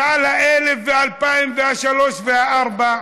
ועל 1000, 2000, 3000 ו-4000,